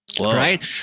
right